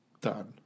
done